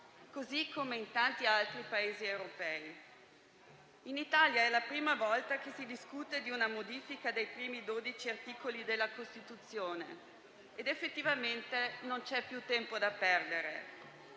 così come in tanti altri Paesi europei. In Italia è la prima volta che si discute di una modifica dei primi 12 articoli della Costituzione ed effettivamente non c'è più tempo da perdere.